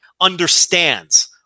understands